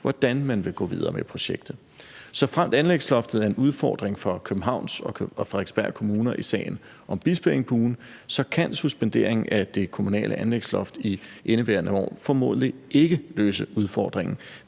hvordan man vil gå videre med projektet. Såfremt anlægsloftet er en udfordring for Københavns og Frederiksberg Kommuner i sagen om Bispeengbuen, kan suspendering af det kommunale anlægsloft i indeværende år formodentlig ikke løse udfordringen,